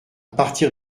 partir